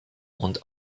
und